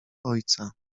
ojca